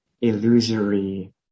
illusory